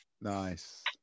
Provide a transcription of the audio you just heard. Nice